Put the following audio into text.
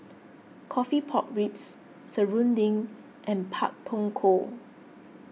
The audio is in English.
Coffee Pork Ribs Serunding and Pak Thong Ko